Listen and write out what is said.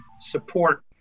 support